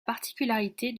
particularité